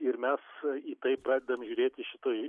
ir mes į tai pradedam žiūrėti šitoj